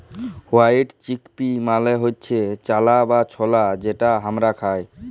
white chickpea মালে হচ্যে চালা বা ছলা যেটা হামরা খাই